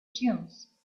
dunes